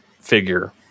figure